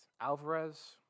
Alvarez